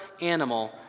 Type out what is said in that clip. animal